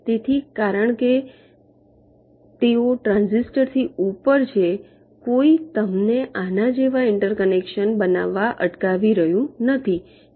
તેથી કારણ કે તેઓ ટ્રાંઝિસ્ટર થી ઉપર છે તેથી કોઈ તમને આના જેવા ઇન્ટરકનેક્શન્સ બનાવતા અટકાવી રહ્યું નથી